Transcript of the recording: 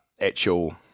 actual